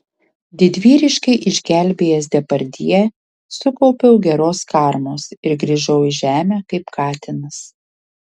didvyriškai išgelbėjęs depardjė sukaupiau geros karmos ir grįžau į žemę kaip katinas